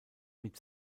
mit